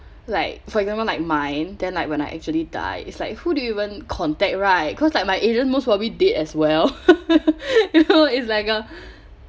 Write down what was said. like for example like mine then like when I actually die it's like who do you even contact right cause like my agent most probably dead as well you know it's like a